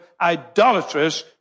idolatrous